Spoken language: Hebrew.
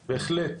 בהחלט,